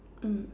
mm